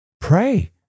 Pray